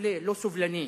מפלה ולא סובלני.